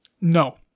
No